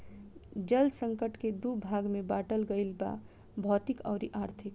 जल संकट के दू भाग में बाटल गईल बा भौतिक अउरी आर्थिक